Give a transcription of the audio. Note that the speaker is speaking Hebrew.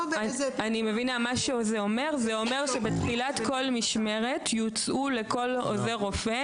זה אומר שבתחילת כל משמרת יוצעו לכל רופא